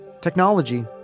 Technology